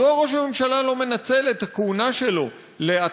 מדוע ראש הממשלה לא מנצל את הכהונה שלו להתחלת